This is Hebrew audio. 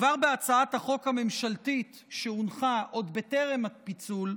כבר בהצעת החוק הממשלתית, שהונחה עוד בטרם הפיצול,